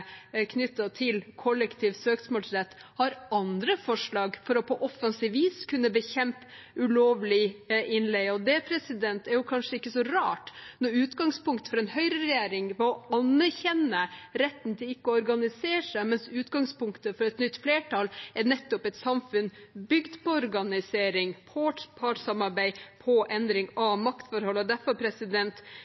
til kollektiv søksmålsrett, har andre forslag for på offensivt vis å kunne bekjempe ulovlig innleie. Det er jo kanskje ikke så rart når utgangspunktet for en høyreregjering var å anerkjenne retten til ikke å organisere seg. Utgangspunktet for et nytt flertall er et samfunn bygd på organisering, på partssamarbeid og endring av maktforhold. Derfor vil jeg bare slå fast at kollektiv søksmålsrett er kollektiv beskyttelse, og derfor